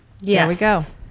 Yes